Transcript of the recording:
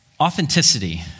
Authenticity